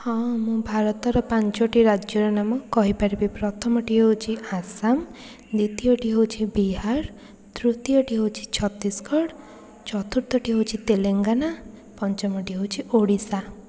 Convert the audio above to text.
ହଁ ମୁଁ ଭାରତର ପାଞ୍ଚୋଟି ରାଜ୍ୟର ନାମ କହିପାରିବି ପ୍ରଥମଟି ହେଉଛି ଆସାମ୍ ଦ୍ୱିତୀୟଟି ହେଉଛି ବିହାର ତୃତୀୟ ଟି ହେଉଛି ଛତିଶଗଡ଼ ଚତୁର୍ଥଟି ହେଉଛି ତେଲେଙ୍ଗେନା ପଞ୍ଚମଟି ହେଉଛି ଓଡ଼ିଶା